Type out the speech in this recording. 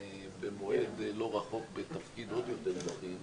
במועד לא רחוק בתפקיד עוד יותר בכיר,